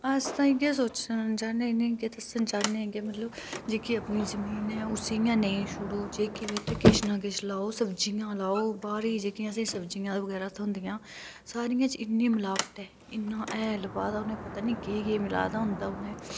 अस तां इयै सोचा ने कि मतलव जेह्की अपनी जमीन ऐ उसी इयां नेई छोड़ो किछ ना किछ लाओ सब्जियां लाओ बाह्रें दियां जेह्किआं असैं गी सब्जियां बगैरा थोंदिआ सारिएं च इन्नी मिलावट ऐ इन्ना पता नीं केह् मिलाए दां होंदा उनें